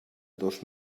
dos